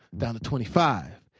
down to twenty five,